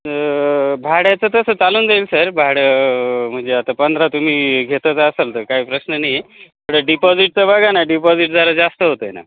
तर भाड्याचं तसं चालून जाईल सर भाडं म्हणजे आता पंधरा तुम्ही घेतच असंल तर काय प्रश्न नाही आहे थोडं डिपॉजिटचं बघा ना डिपॉजिट जरा जास्त होतं आहे ना